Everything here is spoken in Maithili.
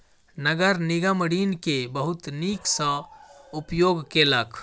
नगर निगम ऋण के बहुत नीक सॅ उपयोग केलक